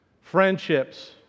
Friendships